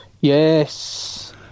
Yes